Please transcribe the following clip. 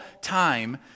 time